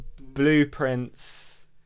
blueprints